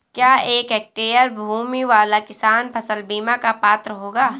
क्या एक हेक्टेयर भूमि वाला किसान फसल बीमा का पात्र होगा?